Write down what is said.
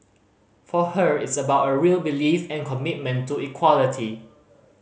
for her it's about a real belief and commitment to equality